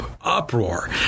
uproar